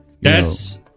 Yes